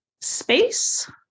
space